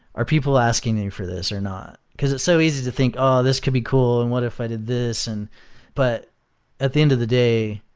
are people asking you for this or not? because it's so easy to think, oh, this could be cool, and what if i did this? and but at the end of the day,